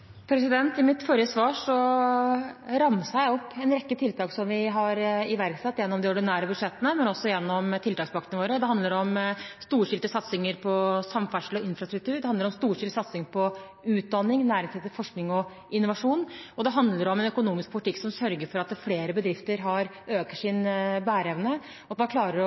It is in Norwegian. I mitt forrige svar ramset jeg opp en rekke tiltak som vi har iverksatt gjennom de ordinære budsjettene, men også gjennom tiltakspakkene våre. Det handler om storstilte satsinger på samferdsel og infrastruktur, det handler om en storstilt satsing på utdanning, næringsrettet forskning og innovasjon, og det handler om en økonomisk politikk som sørger for at flere bedrifter øker sin bæreevne, og at man klarer å